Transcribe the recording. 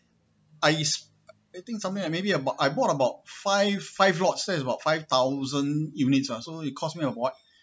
I s~ I think something like maybe about I bought about five five lots there is about five thousand units ah so it cost me about